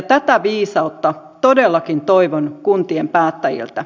tätä viisautta todellakin toivon kuntien päättäjiltä